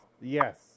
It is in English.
Yes